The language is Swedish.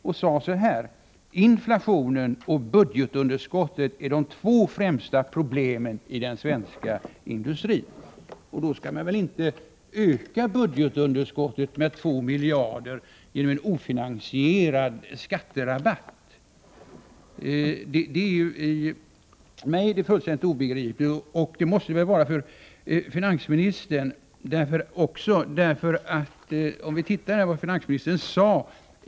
Han sade så här: n ”Inflationen och budgetunderskottet är de två främsta problemen i den svenska industrin.” Då skall man väl inte öka budgetunderskottet med 2 miljarder genom en ofinansierad skatterabatt! Det är för mig fullständigt obegripligt, och det måste det väl vara för finansministern också med tanke på vad finansministern har sagt.